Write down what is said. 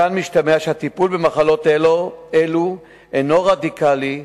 מכאן משתמע שהטיפול במחלות אלה אינו רדיקלי,